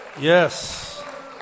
Yes